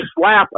slap